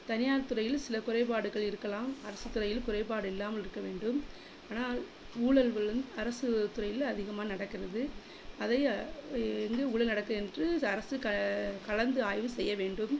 தனியார் துறையில் சில குறைபாடுகள் இருக்கலாம் அரசுத் துறையில் குறைபாடு இல்லாமல் இருக்க வேண்டும் ஆனால் ஊழல்கள் வந் அரசு துறையில் அதிகமாக நடக்கிறது அதை எங்கு ஊழல் நடக்கும் என்று ஸ் அரசு க கலந்து ஆய்வு செய்ய வேண்டும்